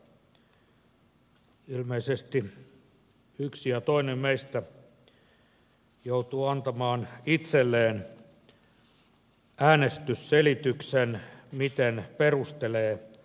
ilmeisesti yksi ja toinen meistä joutuu antamaan itselleen äänestysselityksen miten perustelee kantansa